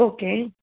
okay